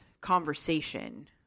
conversation